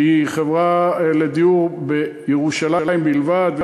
שהיא חברה לדיור בירושלים בלבד,